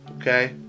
Okay